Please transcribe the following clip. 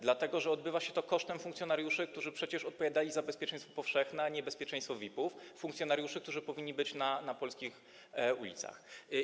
Dlatego że odbywa się to kosztem funkcjonariuszy, którzy przecież odpowiadali za bezpieczeństwo powszechne, a nie bezpieczeństwo VIP-ów, funkcjonariuszy, którzy powinni być na polskich ulicach.